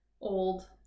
Old